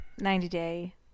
90-day